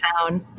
town